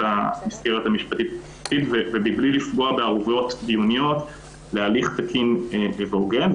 המסגרת המשפטית ומבלי לפגוע בערבויות דיוניות להליך תקין והוגן.